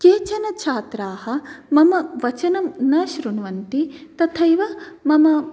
केचन छात्राः मम वचनं न शृण्वन्ति तथैव मम